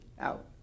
out